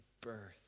birth